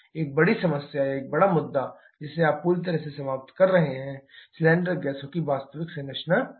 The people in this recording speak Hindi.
एक बड़ी समस्या या बड़ा मुद्दा जिसे आप पूरी तरह से समाप्त कर रहे हैं सिलेंडर गैसों की वास्तविक संरचना है